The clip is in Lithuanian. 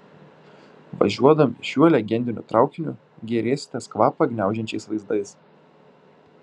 važiuodami šiuo legendiniu traukiniu gėrėsitės kvapą gniaužiančiais vaizdais